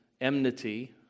enmity